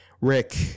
Rick